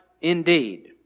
indeed